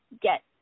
get